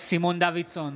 סימון דוידסון,